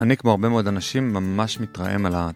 אני כמו הרבה מאוד אנשים ממש מתרעם על ה.. .